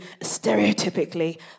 stereotypically